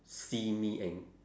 see me and